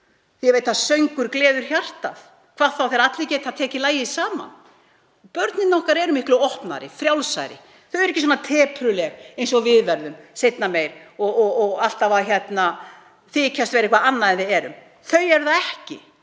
Ég veit að söngurinn gleður hjartað, hvað þá þegar allir geta tekið lagið saman. Börnin okkar eru miklu opnari og frjálsari, þau eru ekki svona tepruleg eins og við verðum seinna meir og alltaf að þykjast vera eitthvað annað en við erum. Þau eru það ekki.